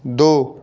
दो